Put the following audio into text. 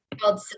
called